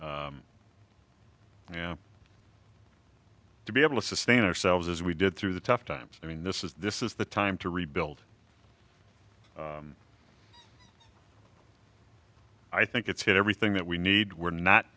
to be able to sustain ourselves as we did through the tough times i mean this is this is the time to rebuild i think it's had everything that we need we're not